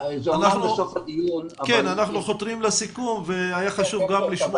אנחנו חותרים לסיכום אבל חשוב שנשמע אותך.